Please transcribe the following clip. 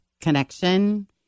connection